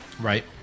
Right